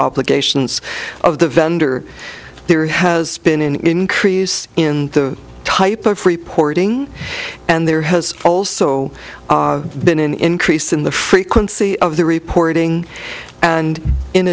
obligations of the vendor there has been an increase in the type of reporting and there has also been an increase in the frequency of the reporting and in